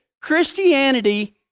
Christianity